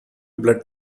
blood